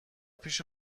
پیش